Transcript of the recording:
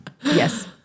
yes